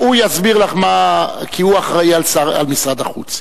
הוא יסביר לך למה, כי הוא אחראי למשרד החוץ.